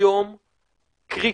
יום קריטי?